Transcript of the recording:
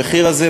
המחיר הזה,